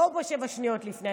לא שבע שניות לפני.